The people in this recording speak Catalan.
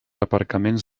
aparcaments